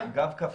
גמור.